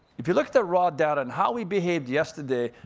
if you look at the raw data, and how we behaved yesterday,